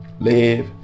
Live